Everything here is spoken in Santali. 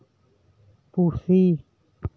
ᱯᱩᱥᱤ